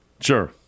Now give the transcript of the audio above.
sure